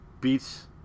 beats